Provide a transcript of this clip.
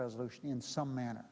resolution in some manner